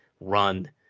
run